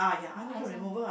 her eyes one